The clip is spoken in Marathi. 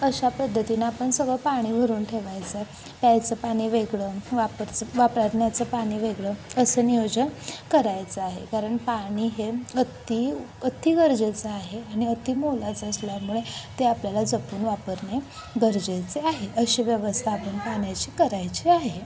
अशा पद्धतीनं आपण सगळं पाणी भरून ठेवायचं आहे प्यायचं पाणी वेगळं वापराचं वापरण्याचं पाणी वेगळं असं नियोजन करायचं आहे कारण पाणी हे अती अती गरजेचं आहे आणि अति मोलाचं असल्यामुळे ते आपल्याला जपून वापरणे गरजेचे आहे अशी व्यवस्था आपण पाण्याची करायची आहे